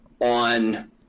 on